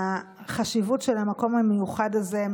בחשיבות של המקום המיוחד הזה,